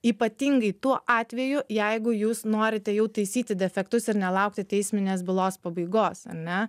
ypatingai tuo atveju jeigu jūs norite jau taisyti defektus ir nelaukti teisminės bylos pabaigos ane